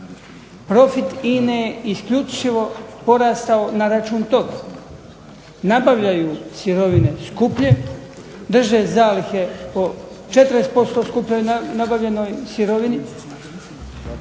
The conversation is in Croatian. Profit INA-e je isključivo porastao na račun toga. Nabavljaju sirovine skuplje, drže zalihe po 40% skupljoj nabavljenoj sirovini.